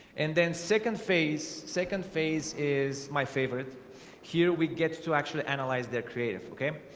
and then second phase second phase is my favorite here. we get to actually analyze their creative. okay?